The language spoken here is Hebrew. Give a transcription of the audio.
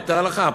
יותר הלכה,